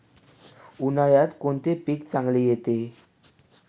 उन्हाळ्यात कोणते पीक चांगले येते?